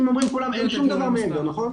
אם אומרים כולם שאין שום דבר מעבר, נכון?